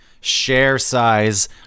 share-size